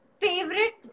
Favorite